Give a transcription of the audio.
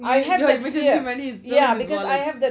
emergency money is good